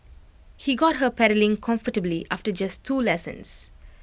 he got her pedalling comfortably after just two lessons